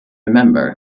remember